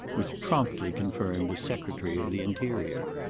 was promptly confirmed as secretary of the interior.